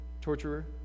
torturer